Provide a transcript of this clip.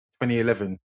2011